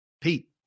Pete